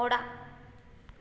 ᱚᱲᱟᱜ